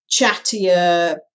chattier